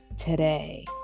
today